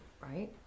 Right